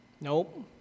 Nope